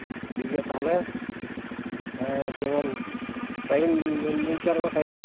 ᱴᱷᱤᱠᱜᱮᱭᱟ ᱛᱟᱦᱚᱞᱮ ᱦᱮᱸ ᱡᱮᱢᱚᱱ ᱴᱟᱭᱤᱢ ᱤᱢᱟᱹᱧ ᱠᱟᱱ ᱨᱮᱢᱟ ᱚᱱᱟ ᱴᱟᱭᱤᱢ ᱜᱮ